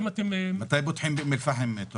מתי פותחים באום אל פאחם?